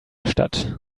stadt